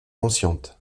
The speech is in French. consciente